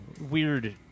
weird